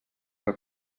que